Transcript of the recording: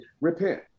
repent